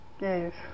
Yes